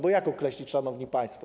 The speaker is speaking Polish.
Bo jak to określić, szanowni państwo?